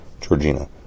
Georgina